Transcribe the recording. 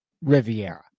Riviera